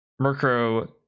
Murkrow